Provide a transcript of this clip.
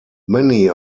many